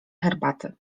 herbaty